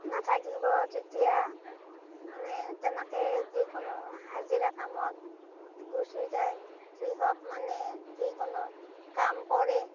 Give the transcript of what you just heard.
নাথাকিব তেতিয়া মানে তেনেকে যিকোনো হাজিৰা কামত গুচি যায় কৃষক মানে যিকোনো কাম কৰে